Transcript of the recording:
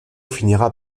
finira